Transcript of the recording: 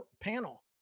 panel